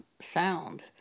sound